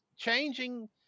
Changing